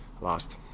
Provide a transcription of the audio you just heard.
lost